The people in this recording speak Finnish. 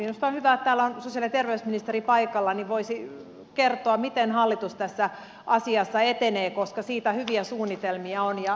minusta on hyvä että täällä on sosiaali ja terveysministeri paikalla niin hän voisi kertoa miten hallitus tässä asiassa etenee koska siitä hyviä suunnitelmia on